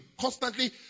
Constantly